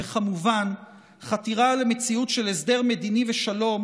וכמובן חתירה למציאות של הסדר מדיני ושלום,